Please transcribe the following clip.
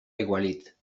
aigualit